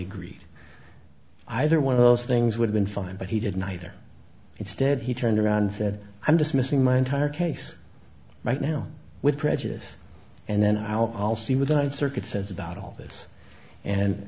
greet either one of those things would've been fine but he didn't either instead he turned around and said i'm dismissing my entire case right now with prejudice and then i'll see what the circuit says about all this and